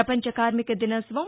పపంచ కార్శిక దినోత్సవం